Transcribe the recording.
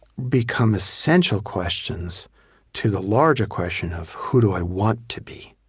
become essential questions to the larger question of, who do i want to be?